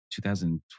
2012